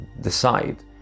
decide